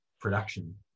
production